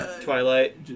Twilight